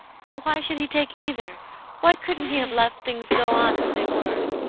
but why should he take either why couldn't he have let things go on as they were?